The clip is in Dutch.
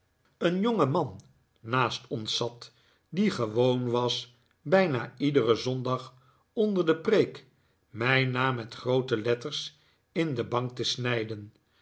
een jongeman naast ons zat die gewoon was bijna iederen zondag onder de preek mijn naam met groote letters in de bank te snijden